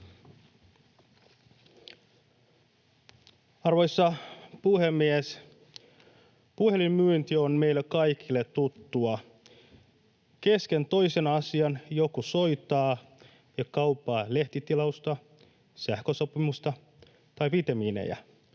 Arvoisa puhemies! Puhelinmyynti on meille kaikille tuttua. Kesken toisen asian joku soittaa ja kauppaa lehtitilausta, sähkösopimusta tai vitamiineja,